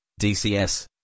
DCS